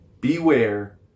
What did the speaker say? Beware